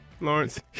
Lawrence